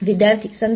विद्यार्थीः